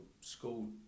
school